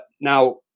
Now